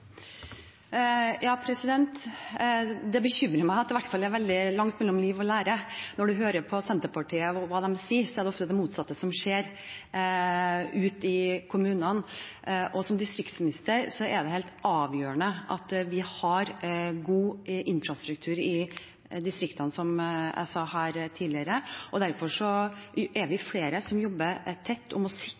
det bekymrer meg at det i hvert fall er veldig langt mellom liv og lære. Når man hører på Senterpartiet og hva de sier, er det ofte det motsatte som skjer ute i kommunene. Som distriktsminister er det, som jeg sa tidligere, helt avgjørende at vi har god infrastruktur i distriktene. Derfor er vi flere som jobber tett for å sikre